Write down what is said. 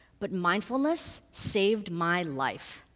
but mindfulness saved my life.